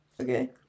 Okay